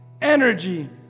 energy